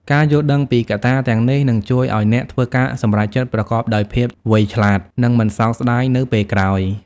ការយល់ដឹងពីកត្តាទាំងនេះនឹងជួយឲ្យអ្នកធ្វើការសម្រេចចិត្តប្រកបដោយភាពវៃឆ្លាត និងមិនសោកស្តាយនៅពេលក្រោយ។